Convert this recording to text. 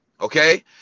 okay